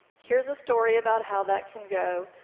here's a story about how that can go.